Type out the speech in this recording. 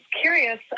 curious